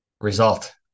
result